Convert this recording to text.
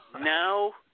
Now